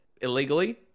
illegally